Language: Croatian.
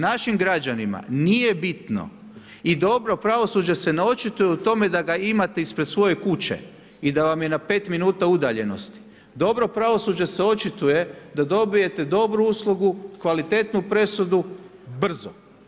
Našim građanima nije bitno i dobro pravosuđe se ne očituje o tome da ga imate ispred svoje kuće i da vam je na 5 minuta udaljenosti, dobro pravosuđe se očituje da dobijete dobru uslugu, kvalitetnu presudu, brzo.